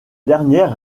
dernière